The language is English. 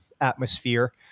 atmosphere